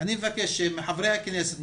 אני מבקש מחברי הכנסת,